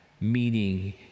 meaning